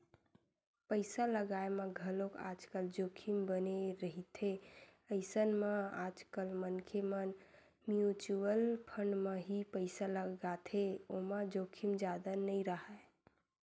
पइसा लगाय म घलोक आजकल जोखिम बने रहिथे अइसन म आजकल मनखे मन म्युचुअल फंड म ही पइसा लगाथे ओमा जोखिम जादा नइ राहय